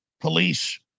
police